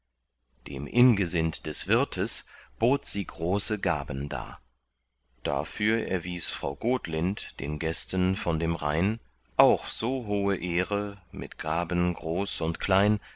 dem ingesind des wirtes bot sie große gaben dar dafür erwies frau gotlind den gästen von dem rhein auch so hohe ehre mit gaben groß und klein